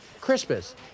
Christmas